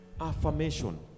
affirmation